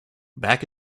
back